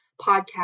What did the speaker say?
podcast